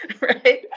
right